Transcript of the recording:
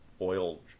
oil